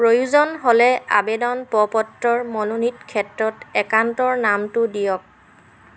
প্ৰয়োজন হ'লে আৱেদন প্ৰ পত্ৰৰ মনোনীত ক্ষেত্ৰত একান্তৰ নামটো দিয়ক